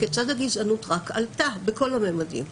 הגזענות רק עלתה בכל הממדים.